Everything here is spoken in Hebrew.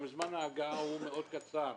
גם זמן ההגעה הוא מאוד קצר,